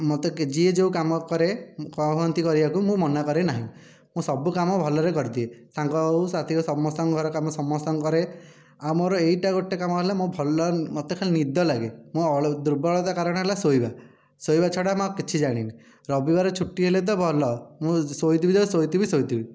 ମୋତେ ଯିଏ ଯେଉଁ କାମ କରେ କୁହନ୍ତି କରିବାକୁ ମୁଁ ମନା କରେ ନାହିଁ ମୁଁ ସବୁ କାମ ଭଲରେ କରିଦିଏ ସାଙ୍ଗ ହେଉ ସାଥି ହେଉ ସମସ୍ତଙ୍କ ଘର କାମ ମୁଁ ସମସ୍ତଙ୍କର କରେ ଆଉ ମୋର ଏଇଟା ଗୋଟିଏ କାମ ହେଲା ମୁଁ ଭଲ ମୋତେ ଖାଲି ନିଦ ଲାଗେ ମୋ ଅଳ ଦୁର୍ବଳତା କାରଣ ହେଲା ଶୋଇବା ଶୋଇବା ଛଡ଼ା ମୁଁ ଆଉ କିଛି ଜାଣିନି ରବିବାର ଛୁଟି ହେଲେ ତ ଭଲ ମୁଁ ଶୋଇଥିବି ଯେ ଶୋଇଥିବି ଶୋଇଥିବି